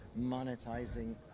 monetizing